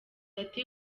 ati